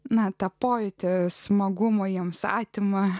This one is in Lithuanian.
na tą pojūtį smagumo jiems atima